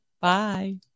Bye